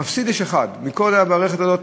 מפסיד אחד מכל המערכה הזאת,